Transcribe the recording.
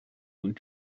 und